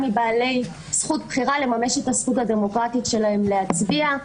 מבעלי זכות בחירה לממש את הזכות הדמוקרטית שלהם להצביע.